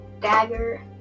dagger